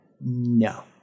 no